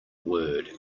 word